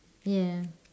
yeah